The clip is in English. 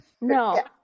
No